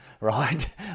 right